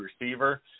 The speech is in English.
receiver